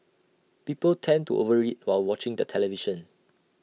people tend to over eat while watching the television